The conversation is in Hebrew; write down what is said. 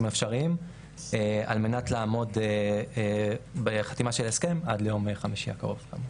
האפשריים על מנת לעמוד בחתימה של הסכם עד ליום חמישי הקרוב.